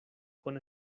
con